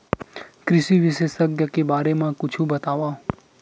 कृषि विशेषज्ञ के बारे मा कुछु बतावव?